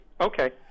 okay